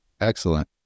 excellent